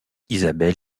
isabel